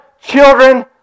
children